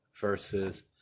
versus